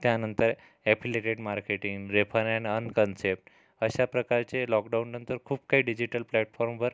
त्यानंतर affiliated marketing refer and earn concept अशा प्रकारचे लॉकडाऊननंतर खूप काही डिजिटल प्लॅटफॉर्मवर